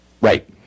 Right